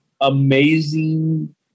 amazing